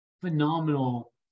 phenomenal